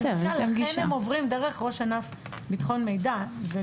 לכן הם עוברים דרך ראש ענף ביטחון מידע.